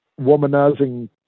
womanizing